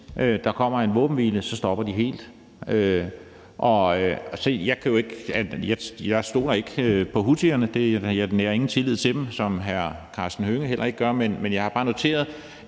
der kommer en våbenhvile, så stopper helt. Se, jeg stoler ikke på houthierne, og jeg nærer ingen tillid til dem, ligesom hr. Karsten Hønge heller ikke gør det, men jeg har også bare noteret,